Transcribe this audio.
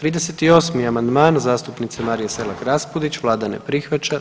38. amandman zastupnice Marije Selak Raspudić, Vlada ne prihvaća.